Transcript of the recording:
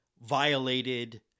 violated